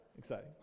exciting